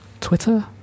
Twitter